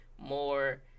more